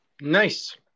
Nice